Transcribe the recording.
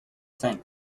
think